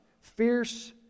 fierce